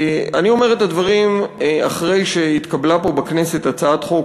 אני אומר את הדברים אחרי שהתקבלה פה בכנסת הצעת חוק,